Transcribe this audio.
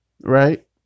right